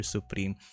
Supreme